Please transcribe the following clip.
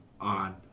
on